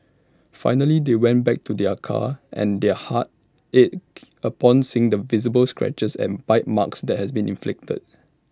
finally they went back to their car and their hearts ached upon seeing the visible scratches and bite marks that had been inflicted